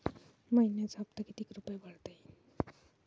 मइन्याचा हप्ता कितीक रुपये भरता येईल?